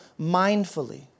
mindfully